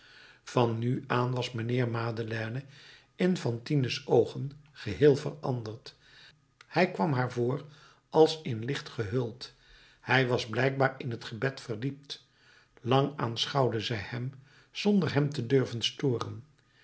van nu aan was mijnheer madeleine in fantine's oogen geheel veranderd hij kwam haar voor als in licht gehuld hij was blijkbaar in t gebed verdiept lang aanschouwde zij hem zonder hem te durven storen